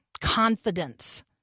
confidence